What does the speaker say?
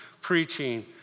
preaching